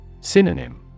Synonym